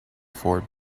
afford